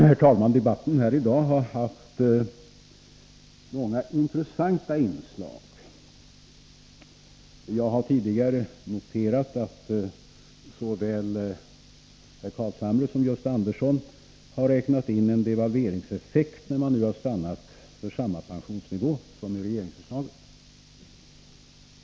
Herr talman! Debatten här i dag har haft många intressanta inslag. Jag har tidigare noterat att såväl herr Carlshamre som Gösta Andersson har räknat in en devalveringseffekt när man nu har stannat för samma pensionsnivå som regeringen föreslagit.